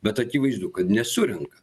bet akivaizdu kad nesurenka